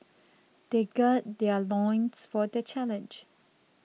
they gird their loins for the challenge